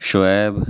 Shoaib